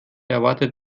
erwartet